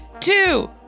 two